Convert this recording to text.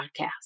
podcast